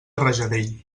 rajadell